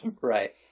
Right